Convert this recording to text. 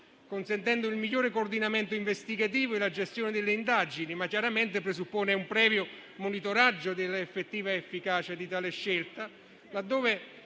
consentendo il migliore coordinamento investigativo e la gestione delle indagini, ma chiaramente presuppone un previo monitoraggio dell'effettiva efficacia di tale scelta,